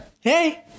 Hey